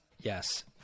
Yes